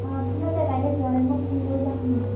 অঁ ঠিক আছে কাইলৈ যোৱা টাইমত ফোন কৰিবা নহ'লে